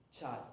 child